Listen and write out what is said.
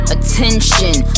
Attention